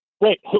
Wait